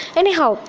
anyhow